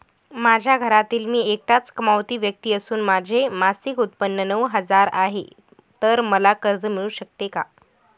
माझ्या घरातील मी एकटाच कमावती व्यक्ती असून माझे मासिक उत्त्पन्न नऊ हजार आहे, तर मला कर्ज मिळू शकते का?